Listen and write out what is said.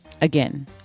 Again